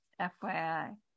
fyi